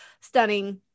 stunning